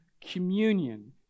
communion